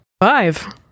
Five